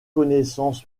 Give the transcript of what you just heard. connaissance